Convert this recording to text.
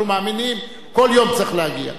אנחנו מאמינים, כל יום צריך להגיע.